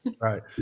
Right